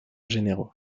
généraux